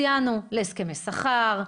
ציינו: הסכמי שכר,